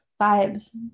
vibes